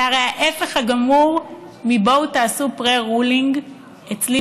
זה הרי ההפך הגמור מבואו תעשו pre-ruling אצלי